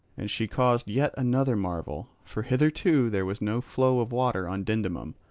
and she caused yet another marvel for hitherto there was no flow of water on dindymum,